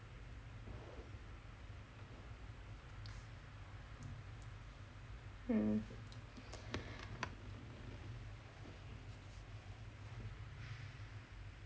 mm